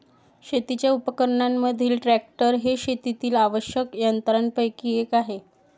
शेतीच्या उपकरणांमधील ट्रॅक्टर हे शेतातील आवश्यक यंत्रांपैकी एक आहे